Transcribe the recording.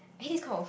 I hate this kind of